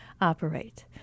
operate